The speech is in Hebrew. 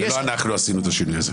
לא אנחנו עשינו את השינוי הזה.